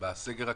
בסגר הקודם,